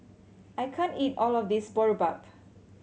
I can't eat all of this Boribap